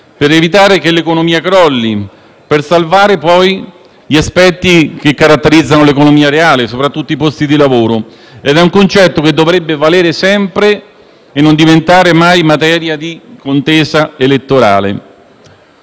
per evitare che l'economia crolli e salvare gli aspetti che caratterizzano l'economia reale, soprattutto i posti di lavoro. Si tratta di un concetto che dovrebbe valere sempre e non diventare mai materia di contesa elettorale.